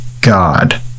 God